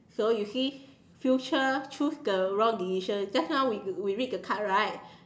so you see future choose the wrong decision just know we we read the card right